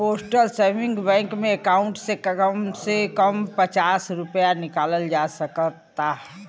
postal saving bank में account से कम से कम हे पचास रूपया निकालल जा सकता